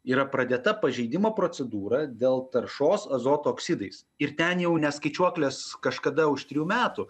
yra pradėta pažeidimo procedūra dėl taršos azoto oksidais ir ten jau ne skaičiuoklės kažkada už trijų metų